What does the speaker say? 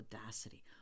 audacity